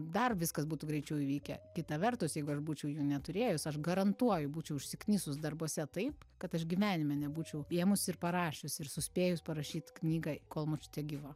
dar viskas būtų greičiau įvykę kita vertus jeigu aš būčiau jų neturėjus aš garantuoju būčiau užsiknisus darbuose taip kad aš gyvenime nebūčiau ėmus ir parašius ir suspėjus parašyt knygą kol močiutė gyva